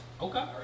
Okay